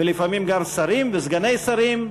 ולפעמים גם שרים וסגני שרים,